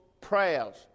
prayers